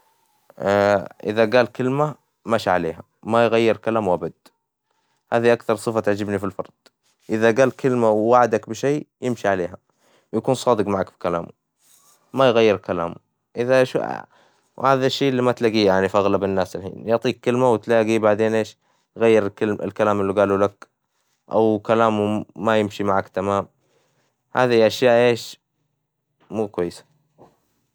إذا جال كلمة مشى عليها ما يغير كلامه أبد، هذي أكثر صفة تعجبني في الفرد إذا جال كلمة ووعدك بشي يمشي عليها يكون صادج معك كلامه ما يغير كلامه إذا وهذا الشي اللي ما تلاجيه يعني في أغلب الناس الحين يعطيك كلمة وتلاجي بعدين إيش غير الكلام اللي جاله لك أو كلامه ما يمشي معك تمام هذي أشياء إيش مو كويسة.